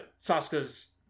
Sasuke's